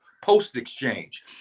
post-exchange